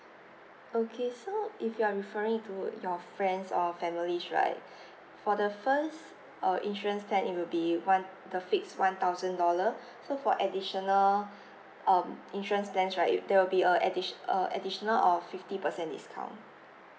okay so if you are referring to your friends or families right for the first err insurance plan it will be one the fix one thousand dollar so for additional um insurance plans right there will be a additio~ uh additional of fifty percent discount